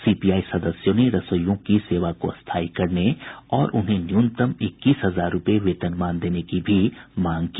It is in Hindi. सीपीआई सदस्यों ने रसोईयों की सेवा को स्थायी करने और उन्हें न्यूनतम इक्कीस हजार रूपये वेतनमान देने की भी मांग की